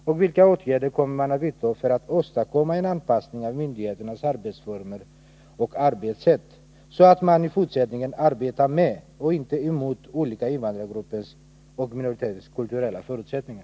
Jag vill därför följa upp min fråga med ett par följdfrågor: